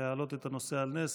להעלות את הנושא על נס,